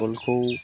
फुटबलखौ